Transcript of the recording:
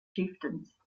chieftains